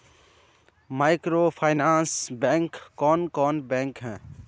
Microfinance bank कौन bank है?